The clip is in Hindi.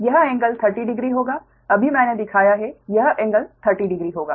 यह एंगल 30 डिग्री होगा अभी मैंने दिखाया है यह एंगल 30 डिग्री होगा